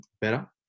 better